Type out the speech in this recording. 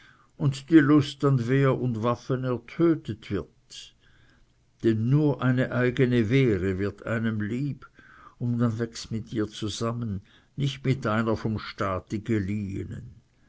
und die lust an wehr und waffen ertötet wird denn nur eine eigene wehre wird einem lieb und man wächst mit ihr zusammen nicht mit einer vom staate